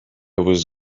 was